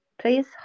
please